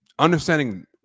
understanding